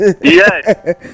Yes